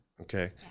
Okay